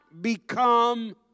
become